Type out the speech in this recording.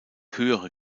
höhere